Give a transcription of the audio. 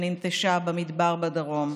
שננטשה במדבר בדרום,